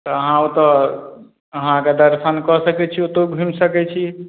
तऽ अहाँ ओतय अहाँके दर्शन कऽ सकय छी ओतहु घुमि सकय छी